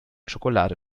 schokolade